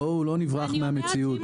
בואו לא נברח מהמציאות.